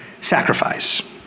sacrifice